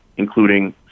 including